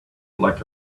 like